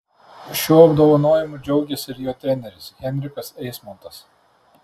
šiuo apdovanojimu džiaugėsi ir jo treneris henrikas eismontas